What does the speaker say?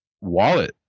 wallet